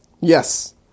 Yes